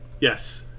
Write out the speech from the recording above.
Yes